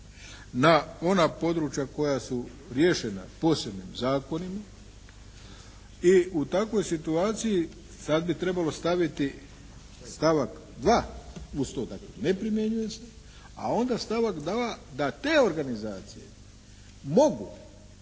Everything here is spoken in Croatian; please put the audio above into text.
na ona područja koja su riješena posebnim zakonima. I u takvoj situaciji sad bi trebalo staviti stavak 2. uz to, dakle ne primjenjuje se, a onda stavak 2. da te organizacije mogu